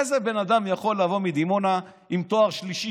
איזה בן אדם יכול לבוא מדימונה עם תואר שלישי